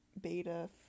beta